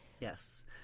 Yes